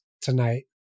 tonight